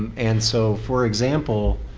and so for example,